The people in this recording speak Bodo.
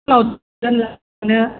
डाउट जादों सोंनो